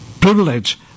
privilege